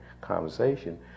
conversation